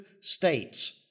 states